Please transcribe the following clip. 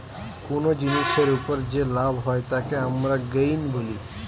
কুনো জিনিসের উপর যে লাভ হয় তাকে আমরা গেইন বলি